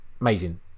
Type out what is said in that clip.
Amazing